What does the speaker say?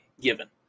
given